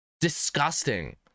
disgusting